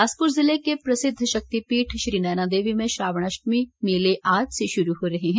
बिलासपुर जिले के प्रसिद्ध शक्तिपीठ श्री नैनादेवी में श्रावण अष्टमी मेले आज से शुरू हो रहे हैं